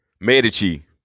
Medici